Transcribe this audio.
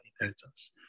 inheritance